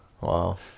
Wow